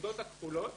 בעמודות הכחולות